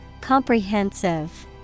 Comprehensive